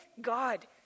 God